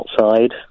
outside